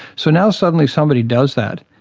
so now suddenly somebody does that,